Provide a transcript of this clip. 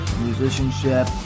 musicianship